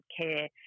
care